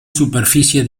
superficie